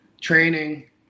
training